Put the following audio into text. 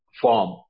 form